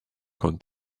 con